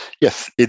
yes